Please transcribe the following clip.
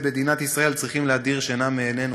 מדינת ישראל צריכים להדיר שינה מעינינו,